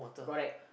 correct